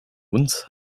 uns